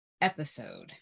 episode